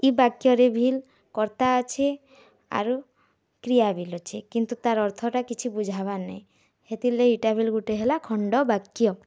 ଇ ବାକ୍ୟରେ ଭିଲ୍ କର୍ତ୍ତା ଅଛି ଆରୁ କ୍ରିୟାବିଲ୍ ଅଛି କିନ୍ତୁ ତାର୍ ଅର୍ଥଟା କିଛି ବୁଝାବାର୍ ନାଇ ହେତିର୍ଲାଗି ଏଇଟା ବି ଗୁଟେ ହେଲା ଖଣ୍ଡବାକ୍ୟ